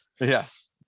Yes